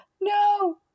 no